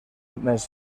més